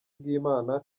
bw’imana